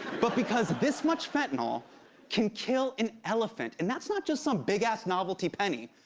but because this much fentanyl can kill an elephant, and that's not just some big-ass novelty penny.